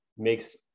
makes